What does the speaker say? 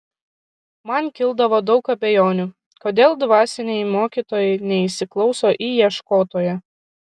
man kildavo daug abejonių kodėl dvasiniai mokytojai neįsiklauso į ieškotoją